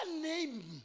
name